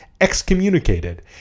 excommunicated